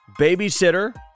Babysitter